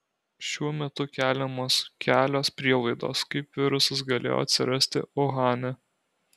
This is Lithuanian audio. šiuo metu keliamos kelios prielaidos kaip virusas galėjo atsirasti uhane